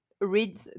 read